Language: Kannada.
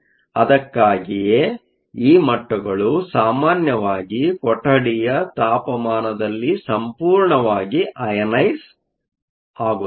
ಅದಕ್ಕಾಗಿಯೇ ಈ ಮಟ್ಟಗಳು ಸಾಮಾನ್ಯವಾಗಿ ಕೊಠಡಿಯ ತಾಪಮಾನದಲ್ಲಿ ಸಂಪೂರ್ಣವಾಗಿ ಅನೈನೈಸ಼್ ಆಗುತ್ತವೆ